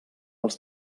als